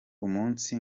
umunsi